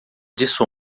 disso